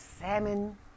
salmon